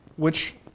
which,